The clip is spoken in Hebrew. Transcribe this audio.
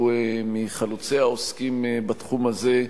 שהוא מחלוצי העוסקים בתחום הזה.